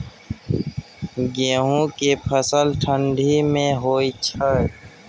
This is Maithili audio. गेहूं के फसल ठंडी मे होय छै?